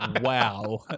wow